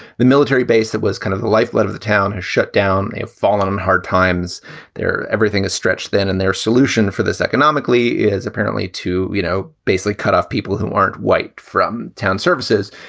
the military base that was kind of the lifeblood of the town has shut down. they've fallen on hard times there. everything is stretched thin. and their solution for this economically is apparently to, you know, basically cut off people who aren't white from town services.